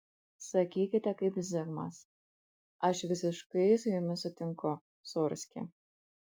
sakykite kaip zigmas aš visiškai su jumis sutinku sūrski